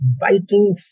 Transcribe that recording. biting